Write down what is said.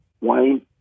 Wayne